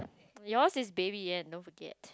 yours is Baby Ian don't forget